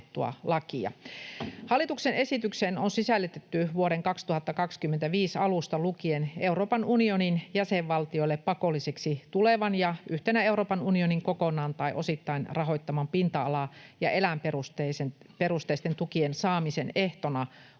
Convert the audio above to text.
Hallituksen esitykseen on sisällytetty vuoden 2025 alusta lukien Euroopan unionin jäsenvaltioille pakolliseksi tulevan ja yhtenä Euroopan unionin kokonaan tai osittain rahoittaman pinta-ala‑ ja eläinperusteisten tukien saamisen ehtona olevan